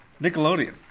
Nickelodeon